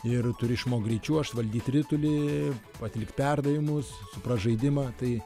ir turi išmokt greit čiuožt valdyt ritulį atlikt perdavimus suprast žaidimą tai